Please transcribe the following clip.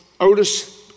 Otis